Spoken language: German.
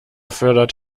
fördert